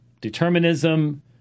determinism